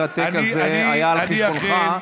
והוויכוח המרתק הזה היה על חשבונך.